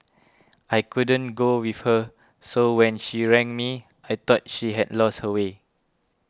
I couldn't go with her so when she rang me I thought she had lost her way